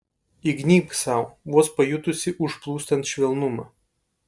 įgnybk sau vos pajutusi užplūstant švelnumą